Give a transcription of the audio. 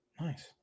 Nice